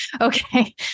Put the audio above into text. Okay